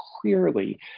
clearly